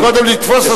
קודם לתפוס אותם.